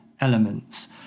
elements